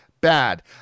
bad